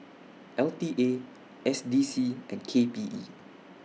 L T A S D C and K P E